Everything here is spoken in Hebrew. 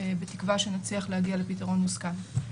בתקווה שנצליח להגיע לפתרון מוסכם.